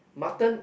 mutton